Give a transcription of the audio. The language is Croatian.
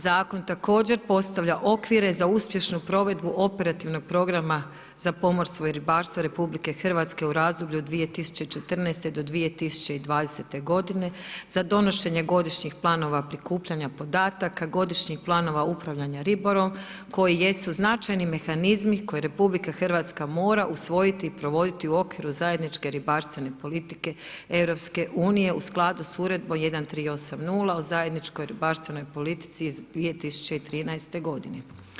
Zakon također postavlja okviru za uspješnu provedbu operativnog programa za pomorstvo i ribarstvo RH, u razdoblju 2014. do 2020. godine, za donošenje godišnjih planova prikupljanja podataka, godišnjih planova upravljanja ribolovom, koji jesu značajni mehanizmi koje RH mora usvojiti i provoditi u okviru zajedničke ribarstvene politike EU u skladu s Uredbom 1380 o zajedničkoj ribarstvenoj politici iz 2013. godine.